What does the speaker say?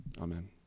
Amen